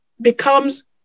becomes